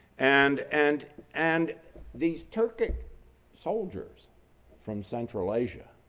and and and these turkic soldiers from central asia,